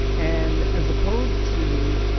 and as opposed to